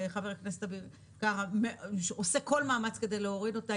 שחבר הכנסת אביר קארה עושה כל מאמץ כדי להוריד אותה,